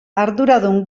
arduradun